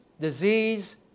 disease